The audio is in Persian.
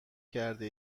کرده